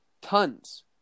tons